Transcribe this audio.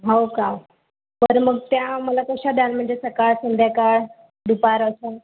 हो का तर मग त्या मला कशा द्याल म्हणजे सकाळ संध्याकाळ दुपार असं